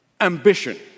ambition